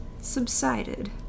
subsided